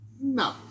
No